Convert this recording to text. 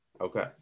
okay